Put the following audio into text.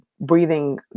breathing